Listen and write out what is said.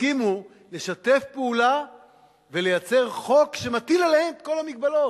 והסכימו לשתף פעולה ולייצר חוק שמטיל עליהם את כל המגבלות.